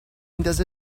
ندازه